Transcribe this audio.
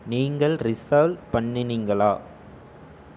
நீங்கள் ரிசால்வ் பண்ணினீங்களா